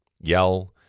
yell